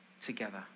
together